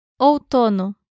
Outono